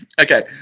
Okay